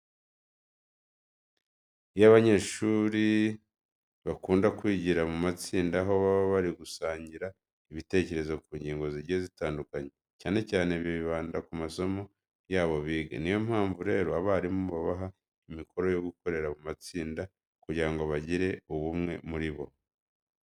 Iyo abanyeshuri bakunda kwigira mu matsinda aho baba bari gusangira ibitekerezo ku ngingo zigiye zitandukanye, cyane cyane bibanda ku masomo yabo biga. Ni yo mpamvu rero abarimu babaha imikoro yo gukorera mu matsinda kugira ngo bagire ubumwe muri bo.